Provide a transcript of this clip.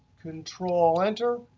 control enter,